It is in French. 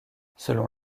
selon